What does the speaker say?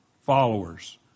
followers